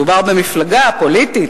מדובר במפלגה פוליטית,